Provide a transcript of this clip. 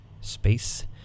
space